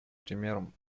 примером